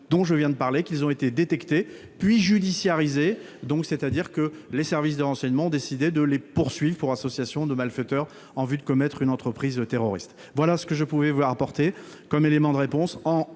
dont je viens de parler qu'ils ont été détectés, puis judiciariser, donc c'est à dire que les services de renseignement ont décidé de les poursuivre pour association de malfaiteurs en vue de commettre une entreprise terroriste, voilà ce que je pouvais voir apporter comme éléments de réponse en